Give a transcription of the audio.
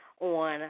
on